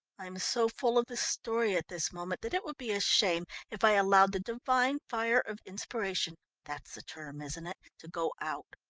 i'm so full of the story at this moment that it would be a shame if i allowed the divine fire of inspiration that's the term, isn't it to go out.